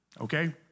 okay